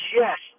yes